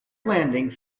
landing